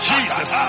Jesus